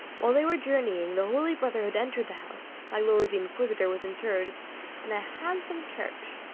while they were journeying, the holy brotherhood entered the house my lord the inquisitor was interred in a handsome church,